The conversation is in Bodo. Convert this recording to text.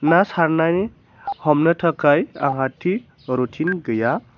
ना सारनानै हमनो थाखाय आंहा थि रुतिन गैया